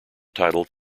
title